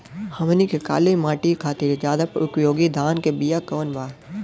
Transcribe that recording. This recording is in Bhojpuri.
हमनी के काली माटी खातिर ज्यादा उपयोगी धान के बिया कवन बा?